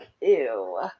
Ew